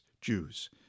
Jews